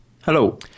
Hello